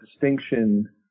distinction